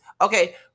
okay